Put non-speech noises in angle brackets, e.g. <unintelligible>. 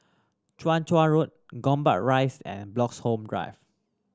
Chong <unintelligible> Road Gombak Rise and Bloxhome Drive